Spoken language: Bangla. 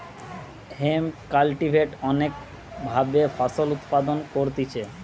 হেম্প কাল্টিভেট অনেক ভাবে ফসল উৎপাদন করতিছে